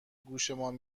گوشمان